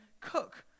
cook